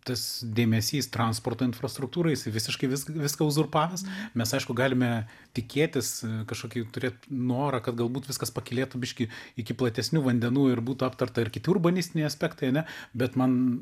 tas dėmesys transporto infrastruktūrai jisai visiškai visk viską uzurpavęs mes aišku galime tikėtis kažkokių turėt norą kad galbūt viskas pakylėtų biškį iki platesnių vandenų ir būtų aptarta ir kitų urbanistiniai aspektai ane bet man